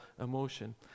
emotion